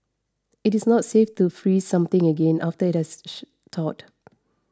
it is not safe to freeze something again after it has she thawed